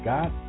God